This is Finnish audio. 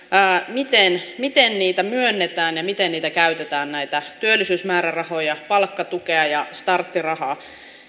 miten miten myönnetään ja miten käytetään näitä työllisyysmäärärahoja palkkatukea ja starttirahaa